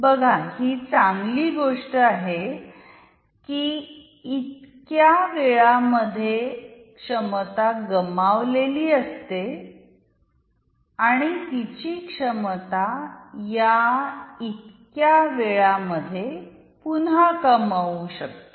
बघा ही चांगली गोष्ट आहे कीइतक्या वेळा मध्ये क्षमता गमावलेली असते आणि तिची क्षमता या इतक्या वेळा मध्ये पुन्हा कमावू शकतो